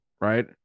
right